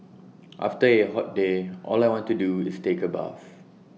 after A hot day all I want to do is take A bath